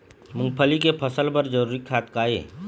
मूंगफली के फसल बर जरूरी खाद का ये?